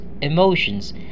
emotions